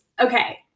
Okay